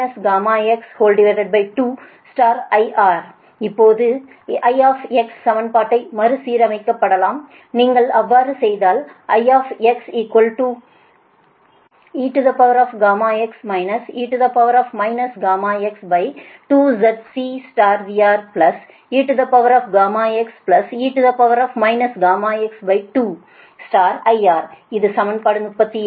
அதேபோல் I சமன்பாட்டை மறுசீரமைக்கப்படலாம் நீங்கள் அவ்வாறு செய்தால் I eγx e γx2ZCVReγxe γx2IR இது சமன்பாடு 37